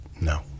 no